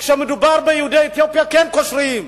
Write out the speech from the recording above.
כשמדובר ביהודי אתיופיה כן קושרים,